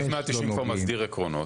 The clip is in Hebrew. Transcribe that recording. סעיף 190 כבר מסדיר עקרונות.